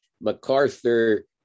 MacArthur